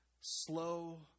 slow